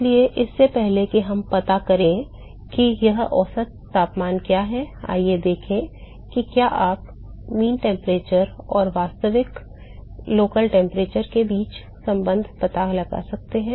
इसलिए इससे पहले कि हम यह पता करें कि यह औसत तापमान क्या है आइए देखें कि क्या आप औसत तापमान और वास्तविक स्थानीय तापमान के बीच संबंध का पता लगा सकते हैं